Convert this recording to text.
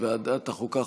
ועדת החוקה,